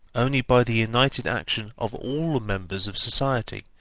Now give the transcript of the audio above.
only by the united action of all members of society,